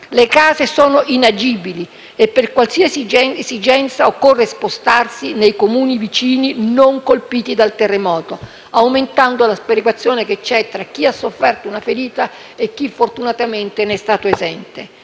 Le case sono inagibili e per qualsiasi esigenza occorre spostarsi nei Comuni vicini non colpiti dal terremoto, aumentando la sperequazione che c'è tra chi ha sofferto per questa ferita e chi fortunatamente ne è stato esente.